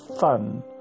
fun